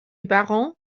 baron